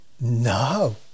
No